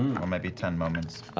or maybe ten moments.